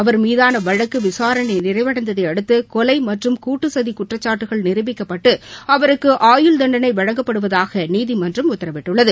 அவர் மீதான வழக்கு விசாரனை நிறைவடைந்ததையடுத்து கொலை மற்றும் கூட்டுசதி குற்றச்சாட்டுகள் நிருபிக்கப்பட்டு அவருக்கு ஆயுள் தண்டனை வழங்கப்படுவதாக நீதிமன்றம் உத்தரவிட்டுள்ளது